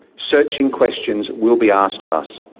searching questions will be asked of us.